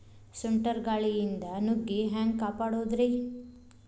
ಸುಂಟರ್ ಗಾಳಿಯಿಂದ ನುಗ್ಗಿ ಹ್ಯಾಂಗ ಕಾಪಡೊದ್ರೇ?